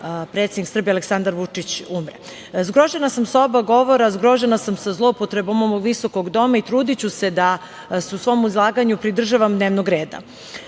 predsednik Srbije Aleksandar Vučić umre. Zgrožena sam sa oba govora, zgrožena sam sa zloupotrebom ovog visokog doma i trudiću se da se u svom izlaganju pridržavam dnevnog reda. Što